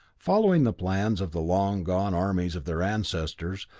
following the plans of the long-gone armies of their ancestors,